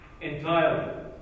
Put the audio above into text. entirely